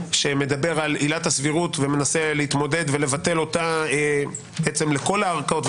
שמדבר על עילת הסבירות ומנסה להתמודד ולבטל אותה לכל הערכאות,